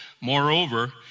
Moreover